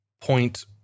point